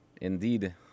Indeed